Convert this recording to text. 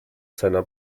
seiner